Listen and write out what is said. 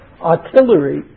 artillery